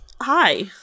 hi